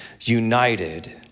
united